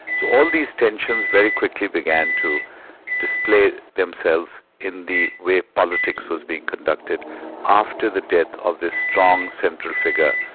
so all these tensions very quickly began to display themselves in the way politics was being conducted after this death of this strong, central figure,